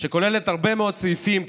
שכוללת הרבה מאוד סעיפים,